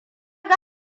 ga